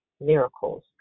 miracles